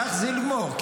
ואידך זיל גמור.